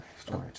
Story